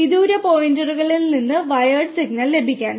വിദൂര പോയിന്റുകളിൽ നിന്ന് വയർഡ് സിഗ്നൽ ലഭിക്കാൻ